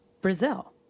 Brazil